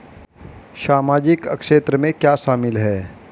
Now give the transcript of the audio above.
सामाजिक क्षेत्र में क्या शामिल है?